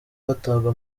batabwa